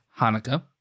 Hanukkah